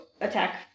attack